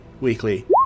weekly